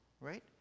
right